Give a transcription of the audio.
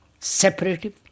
separative